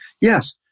yes